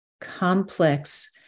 complex